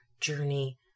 journey